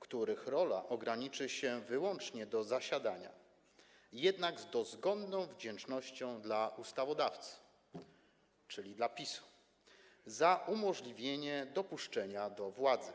których rola ograniczy się wyłącznie do „zasiadania”, jednak z dozgonną wdzięcznością dla ustawodawcy, czyli dla PiS, za umożliwienie dopuszczenia do władzy.